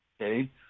Okay